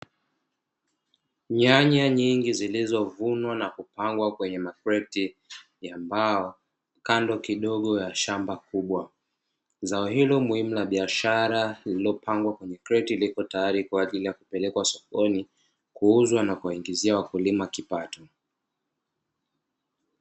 Nyanya nyingi zilizovunwa na kupangwa kwenye makreti ya mbao, kando kidogo ya shamba kubwa. Zao hilo muhimu la biashara, lililopangwa kwenye kreti liko tayari kwa ajili ya kupelekwa sokoni, kuuzwa na kuwaingizia wakulima kipato.